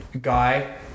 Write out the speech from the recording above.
guy